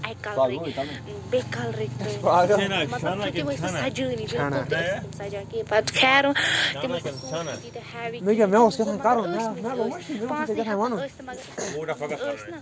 اکہِ کِلرٕکۍ اۭں بیٚیہِ کَلرٕکۍ مطلب تِم آسۍ نہٕ سَجٲنی ٲسۍ نہٕ تِم سَجان کہیٖنۍ پَتہٕ